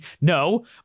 No